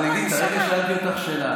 אבל עידית, הרגע שאלתי אותך שאלה.